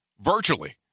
virtually